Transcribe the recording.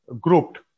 grouped